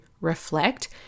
reflect